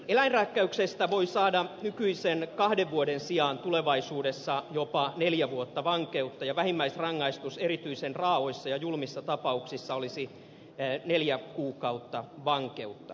eläinrääkkäyksestä voi saada nykyisen kahden vuoden sijaan tulevaisuudessa jopa neljä vuotta vankeutta ja vähimmäisrangaistus erityisen raaoissa ja julmissa tapauksissa olisi neljä kuukautta vankeutta